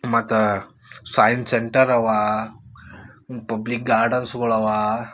ಮತ್ತು science centre ಅವ public ಗಾರ್ಡನ್ಸ್ಗಳವ